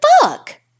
fuck